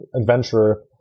adventurer